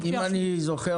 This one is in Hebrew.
אם אני זוכר,